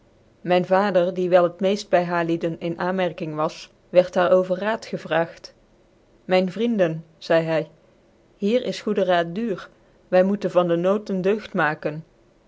myn vader die wel het meeft by haarlieden in aanmerking was wierd daar over raad gevraagd myn vrienden zeidc hy hier is goeden raad duur wy moeten van dc nood een deugd maken